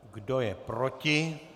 Kdo je proti?